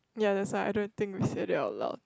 ya that's why I don't think we said it out loud